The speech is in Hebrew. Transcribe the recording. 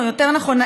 או יותר נכון,